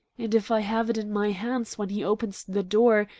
and if i have it in my hands when he opens the door,